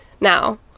now